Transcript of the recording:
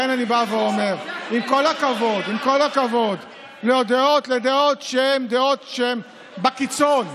עם כל הכבוד לדעות שהן בקיצון,